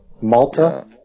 Malta